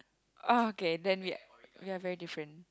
okay then we we are very different